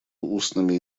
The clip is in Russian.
устными